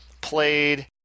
played